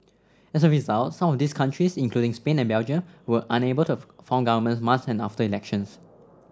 as a result some of these countries including Spain and Belgium were unable to form governments months after elections